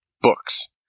books